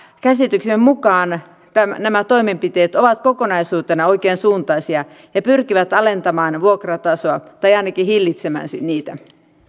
käsitykseni mukaan nämä toimenpiteet ovat kokonaisuutena oikeansuuntaisia ja pyrkivät alentamaan vuokratasoa tai ainakin hillitsemään sitä